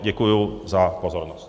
Děkuji za pozornost.